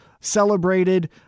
celebrated